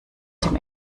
dem